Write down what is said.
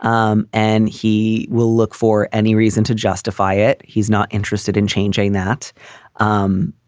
um and he will look for any reason to justify it. he's not interested in changing that um